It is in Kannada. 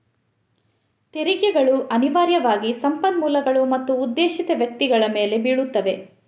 ತೆರಿಗೆಗಳು ಅನಿವಾರ್ಯವಾಗಿ ಸಂಪನ್ಮೂಲಗಳು ಮತ್ತು ಉದ್ದೇಶಿತ ವ್ಯಕ್ತಿಗಳ ಮೇಲೆ ಬೀಳುತ್ತವೆ